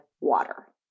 water